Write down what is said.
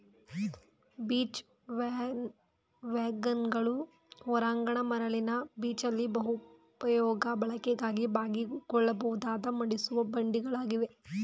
beach ವ್ಯಾಗನ್ಗಳು ಹೊರಾಂಗಣ ಮರಳಿನ ಬೀಚಲ್ಲಿ ಬಹುಪಯೋಗಿ ಬಳಕೆಗಾಗಿ ಬಾಗಿಕೊಳ್ಳಬಹುದಾದ ಮಡಿಸುವ ಬಂಡಿಗಳಾಗಿವೆ